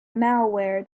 malware